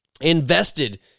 invested